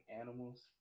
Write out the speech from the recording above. animals